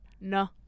no